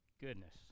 Goodness